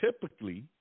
typically